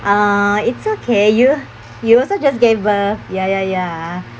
uh it's okay you you also just gave birth ya ya ya